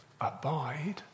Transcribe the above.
abide